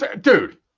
dude